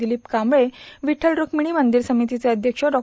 दिलीप क्रांवढे विठ्ठत रूक्मर्णी मंदिर समितीचे अध्यक्ष डॉ